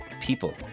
people